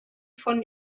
von